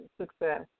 success